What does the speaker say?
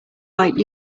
like